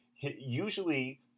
usually –